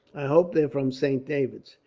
i hope they're from saint david's,